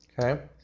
okay